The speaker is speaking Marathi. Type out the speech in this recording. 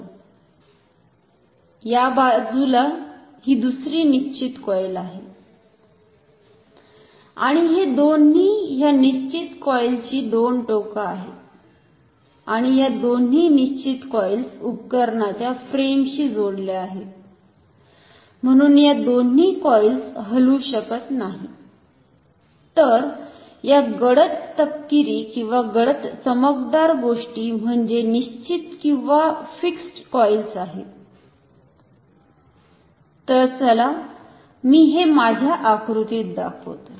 या बाजूला ही दुसरी निश्चित कॉईल आहे आणि हे दोन्ही या निश्चित कॉईल ची दोन टोकं आहेत आणि या दोन्ही निश्चित कॉइल्स उपकरणाच्या फ्रेमशी जोडल्या आहेत म्हणुन या दोन्ही कॉइल्स हलू शकत नाहीत तर या गडद तपकिरी किंवा गडद चमकदार गोष्टी म्हणजे निश्चित किंवा फिक्स्ड कॉइल्स आहेत तर चला मी हे माझ्या आकृतीत दाखवतो